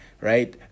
right